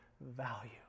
value